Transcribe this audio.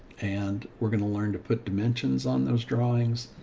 and we're going to learn to put dimensions on those drawings,